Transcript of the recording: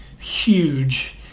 huge